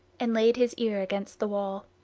and laid his ear against the wall.